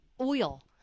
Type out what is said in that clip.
oil